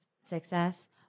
success